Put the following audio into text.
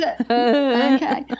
Okay